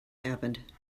happened